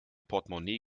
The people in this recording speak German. portmonee